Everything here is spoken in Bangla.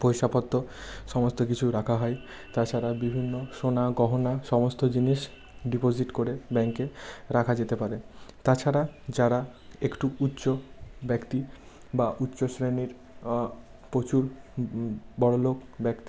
পয়সাপত্র সমস্ত কিছু রাখা হয় তাছাড়া বিভিন্ন সোনা গয়না সমস্ত জিনিস ডিপোজিট করে ব্যাঙ্কে রাখা যেতে পারে তাছাড়া যারা একটু উচ্চ ব্যক্তি বা উচ্চ শ্রেণীর প্রচুর বড়লোক ব্যক্তি